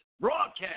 broadcast